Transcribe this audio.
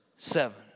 seven